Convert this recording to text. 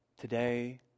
Today